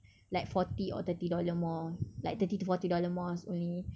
like forty or thirty dollar more like thirty to forty dollar more only